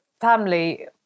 family